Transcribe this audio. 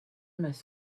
must